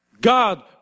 God